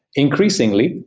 increasingly,